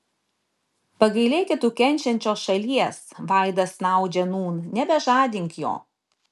pagailėki tu kenčiančios šalies vaidas snaudžia nūn nebežadink jo